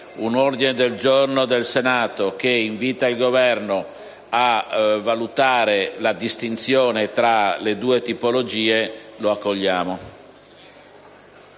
un ordine del giorno che invita il Governo a valutare la distinzione tra le due tipologie, noi lo accoglieremmo.